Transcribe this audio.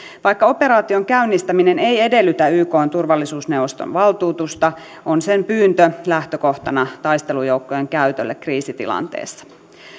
vaikka operaation käynnistäminen ei edellytä ykn turvallisuusneuvoston valtuutusta on sen pyyntö lähtökohtana taistelujoukkojen käytölle kriisitilanteessa